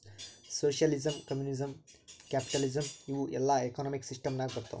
socialism, communism, capitalism ಇವೂ ಎಲ್ಲಾ economic system ನಾಗ್ ಬರ್ತಾವ್